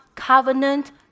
covenant